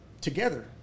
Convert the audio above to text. together